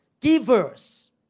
Givers